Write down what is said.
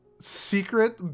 secret